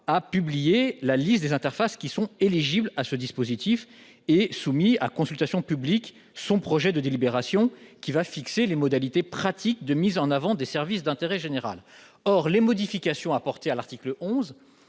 mars 2023 la liste des interfaces éligibles au dispositif et soumis à consultation publique son projet de délibération fixant les modalités pratiques de mise en avant des services d'intérêt général. Les modifications apportées par l'article 11